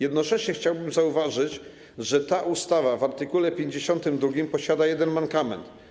Jednocześnie chciałbym zauważyć, że ta ustawa w art. 52 posiada jeden mankament.